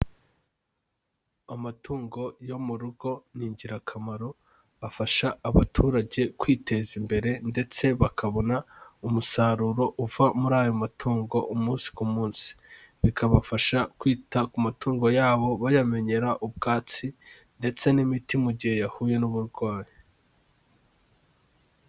Amatungo yo mu rugo ni ingirakamaro, afasha abaturage kwiteza imbere ndetse bakabona umusaruro uva muri ayo matungo umunsi ku munsi, bikabafasha kwita ku matungo yabo bayamenyera ubwatsi ndetse n'imiti mu gihe yahuye n'uburwayi.